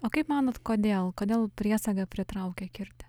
o kaip manot kodėl kodėl priesaga pritraukia kirtį